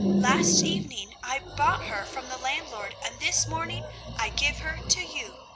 last evening i bought her from the landlord and this morning i give her to you.